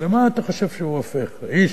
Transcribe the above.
למה אתה חושב שהוא הופך, האיש,